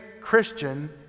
Christian